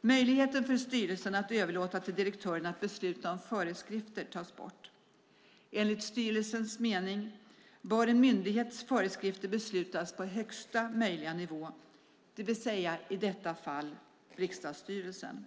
Möjligheten för styrelsen att överlåta till direktören att besluta om föreskrifter tas bort. Enligt styrelsens mening bör en myndighets föreskrifter beslutas på högsta möjliga nivå, det vill säga i detta fall av riksdagsstyrelsen.